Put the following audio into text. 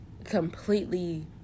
Completely